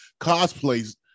cosplays